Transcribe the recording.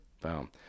Boom